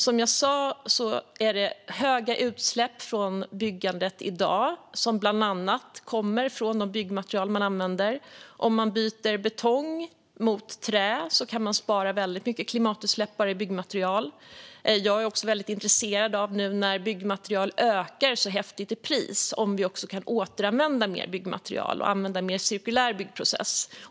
Det är som sagt höga utsläpp från byggandet i dag som bland annat kommer från de byggmaterial man använder. Om man byter betong mot trä kan man minska mycket på dessa klimatutsläpp, och när nu byggmaterial ökar så häftigt i pris är jag också intresserad av om vi kan återanvända mer byggmaterial och använda en mer cirkulär byggprocess.